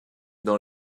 dans